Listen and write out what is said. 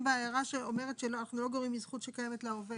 בהערה שאומרת שאנחנו לא גורעים מזכות שקיימת לעובד.